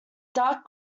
dark